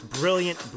brilliant